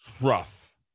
rough